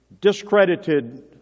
discredited